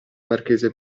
marchese